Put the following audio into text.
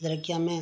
ଯାହାକି ଆମେ